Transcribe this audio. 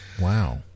Wow